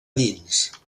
dins